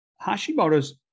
Hashimoto's